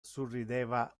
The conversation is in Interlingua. surrideva